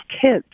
kids